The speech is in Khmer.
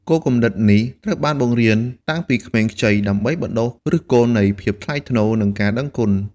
គោលគំនិតនេះត្រូវបានបង្រៀនតាំងពីក្មេងខ្ចី ដើម្បីបណ្ដុះឫសគល់នៃភាពថ្លៃថ្នូរ និងការដឹងគុណ។